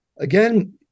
Again